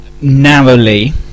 narrowly